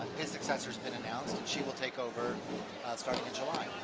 his successor has been announced and she will take over starting in july.